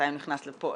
מתי הוא נכנס לתוקף.